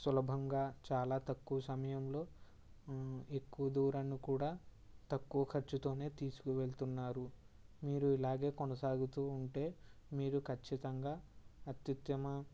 సులభంగా చాలా తక్కువ సమయంలో ఎక్కువ దూరాన్ని కూడా తక్కువ ఖర్చుతోనే తీసుకు వెళ్తున్నారు మీరు ఇలాగే కొనసాగుతూ ఉంటే మీరు ఖచ్చితంగా అత్యుత్తమ